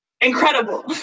incredible